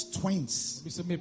twins